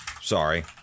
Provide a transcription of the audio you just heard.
Sorry